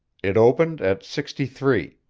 it opened at sixty-three.